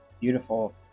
beautiful